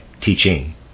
teaching